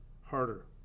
harder